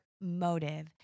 motive